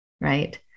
right